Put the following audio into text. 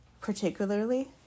particularly